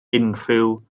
unrhyw